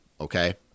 okay